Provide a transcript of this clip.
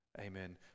amen